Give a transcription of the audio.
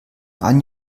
ein